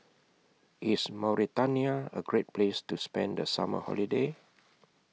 IS Mauritania A Great Place to spend The Summer Holiday